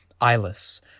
eyeless